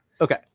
Okay